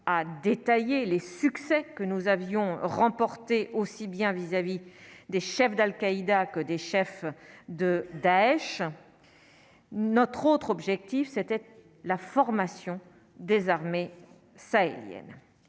a détaillé les succès que nous avions remporté aussi bien vis-à-vis des chefs d'Al-Qaïda que des chefs de Daech notre autre objectif c'était la formation des armées sahéliennes,